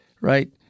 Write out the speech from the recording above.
right